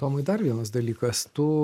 tomai dar vienas dalykas tu